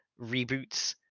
reboots